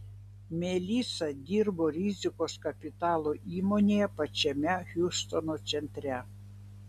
melisa dirbo rizikos kapitalo įmonėje pačiame hjustono centre